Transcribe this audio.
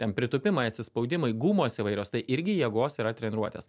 ten pritūpimai atsispaudimai gumos įvairios tai irgi jėgos yra treniruotės